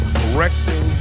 correcting